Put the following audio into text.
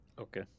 okay